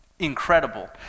incredible